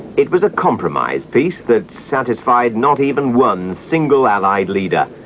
it was a compromise piece that satisfied not even one single allied leader,